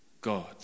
God